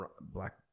Black